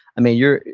i mean you're,